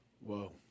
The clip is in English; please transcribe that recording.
Whoa